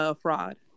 fraud